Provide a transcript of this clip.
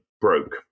broke